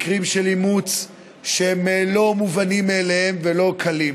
מקרים של אימוץ שהם לא מובנים מאליהם ולא קלים.